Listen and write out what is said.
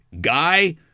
guy